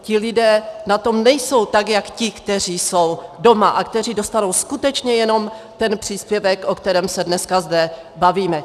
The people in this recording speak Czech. Ti lidé na tom nejsou tak jako ti, kteří jsou doma a kteří dostanou skutečně jenom ten příspěvek, o kterém se dneska zde bavíme.